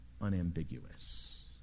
unambiguous